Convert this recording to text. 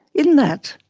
in that,